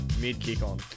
mid-kick-on